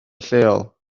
lleol